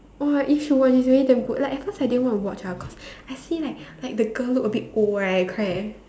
oh you should watch it's really damn good like at first I didn't want to watch ah cause I see like like the girl look a bit old right correct